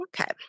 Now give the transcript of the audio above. Okay